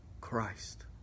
Christ